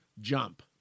Jump